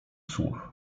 słów